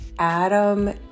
Adam